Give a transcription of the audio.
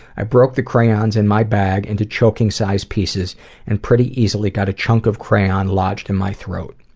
i broke the crayons in my bag into choking size pieces and pretty easily got a chunk of crayon lodged in my throat.